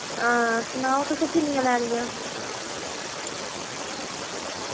हां सनाओ तुसैं किन्नियां लैनियां